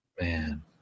Man